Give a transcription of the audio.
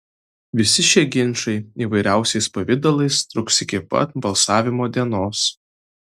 visi šie ginčai įvairiausiais pavidalais truks iki pat balsavimo dienos